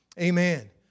Amen